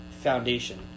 foundation